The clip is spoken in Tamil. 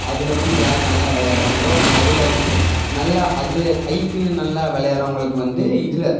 அதில் வந்து யார் நல்லா விளையாட்றாங்களோ அதில் வந்து நல்லா அதில் ஐபிஎல்லில் நல்லா விளையாட்றவங்களுக்கு வந்து இதில்